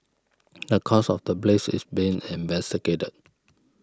the cause of the blaze is being investigated